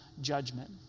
judgment